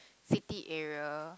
city area